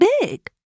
big